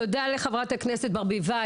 << יור >> פנינה תמנו (יו"ר הוועדה לקידום מעמד האישה ולשוויון מגדרי):